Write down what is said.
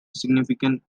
significant